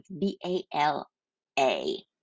B-A-L-A